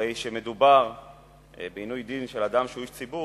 הרי כשמדובר בעינוי דין של אדם שהוא איש ציבור,